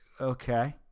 okay